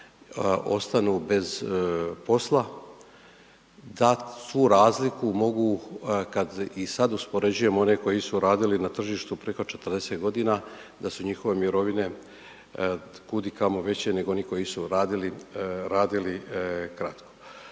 ostanu bez posla, da tu razliku mogu, kad i sad uspoređujemo one koji su radili na tržištu preko 40 godina, da su njihove mirovine kudikamo veće nego onih koji su radili kratko.